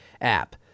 app